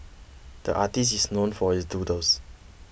the artist is known for his doodles